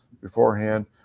beforehand